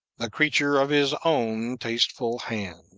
the creature of his own tasteful hands